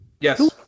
Yes